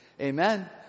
Amen